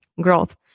growth